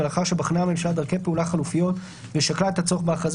ולאחר שבחנה הממשלה דרכי פעולה חלופיות ושקלה את הצורך בהכרזה